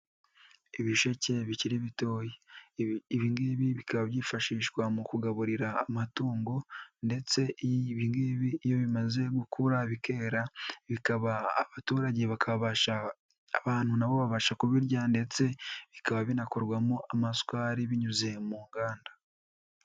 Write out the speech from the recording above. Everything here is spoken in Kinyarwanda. Ibisheke bikiri bitoya, ibingibi bikaba byifashishwa mu kugaburira amatungo ndetse ibingibi iyo bimaze gukura bikera, abaturage, abantu nabo babasha kubirya ndetse bikaba binakorwamo amasuri binyuze mu nganda.